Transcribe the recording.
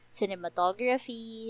cinematography